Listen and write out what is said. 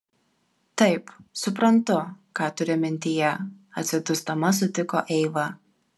taip suprantu ką turi mintyje atsidusdama sutiko eiva